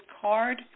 card